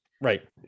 Right